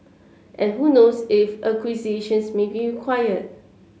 and who knows if acquisitions may be required